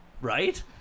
Right